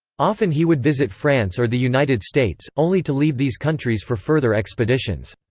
often he would visit france or the united states, only to leave these countries for further expeditions.